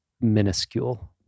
minuscule